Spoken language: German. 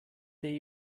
der